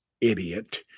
idiot